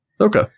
Okay